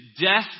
death